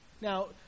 Now